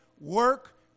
work